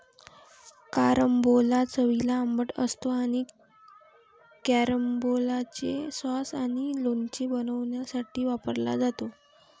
carambola चवीला आंबट असतो आणि कॅरंबोलाचे सॉस आणि लोणचे बनवण्यासाठी वापरला जातो